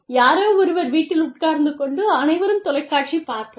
யாரோ ஒருவர் வீட்டில் உட்கார்ந்து கொண்டு அனைவரும் தொலைக்காட்சி பார்ப்போம்